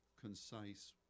concise